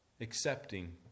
Accepting